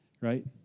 right